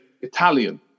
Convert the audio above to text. Italian